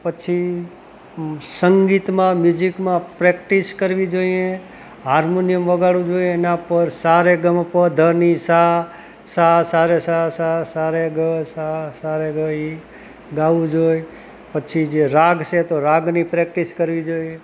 પછી સંગીતમાં મ્યુઝિકમાં પ્રેક્ટિસ કરવી જોઈએ હાર્મોનિયમ વગાડવું જોઈએ એના પર સારેગામ પધનિસા સાસારે સા સા સા સા સારેગ સા સારે ગ ઇ ગાવું જોએ પછી જે રાગ છે તો રાગની પ્રેક્ટિસ કરવી જોઈએ